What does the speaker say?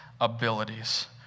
abilities